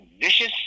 vicious